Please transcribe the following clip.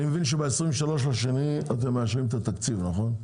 אני מבין שב-23.2 אתם מאשרים את התקציב, נכון?